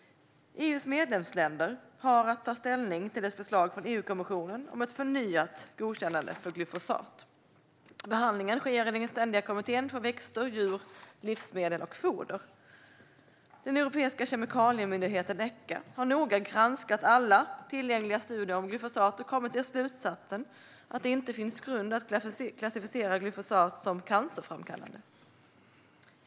EU:s medlemsländer har att ta ställning till ett förslag från EU-kommissionen om ett förnyat godkännande för glyfosat. Behandlingen sker i den ständiga kommittén för växter, djur, livsmedel och foder. Europeiska kemikaliemyndigheten, Echa, har noga granskat alla tillgängliga studier om glyfosat och kommit till slutsatsen att det inte finns grund för att klassificera glyfosat som cancerframkallande.